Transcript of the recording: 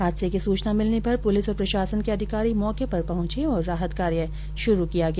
हादसे की सूचना मिलने पर पुलिस और प्रशासन के अधिकारी मौके पर पहुंचे और राहत कार्य शुरु किया गया